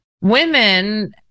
Women